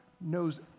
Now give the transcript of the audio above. knows